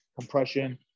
compression